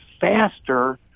faster